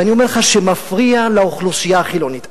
אני אומר לך, שמפריע לאוכלוסייה החילונית.